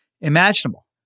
imaginable